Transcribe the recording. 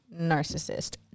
narcissist